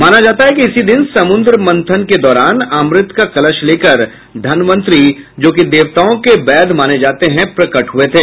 माना जाता है इसी दिन समुद्र मंथन के दौरान अमृत का कलश लेकर धन्वन्तरी जो कि देवताओं के वैद्य माने जाते हैं प्रकट हुए थे